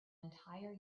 entire